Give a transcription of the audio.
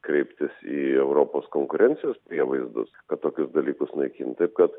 kreiptis į europos konkurencijos prievaizdus kad tokius dalykus naikinti taip kad